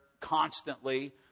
constantly